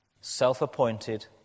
self-appointed